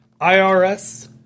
IRS